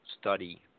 study